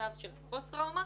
למצב של פוסט טראומה